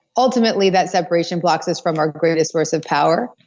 ultimately that separation blocks us from our greatest source of power,